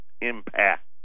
impact